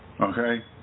Okay